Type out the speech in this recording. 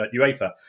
UEFA